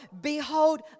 Behold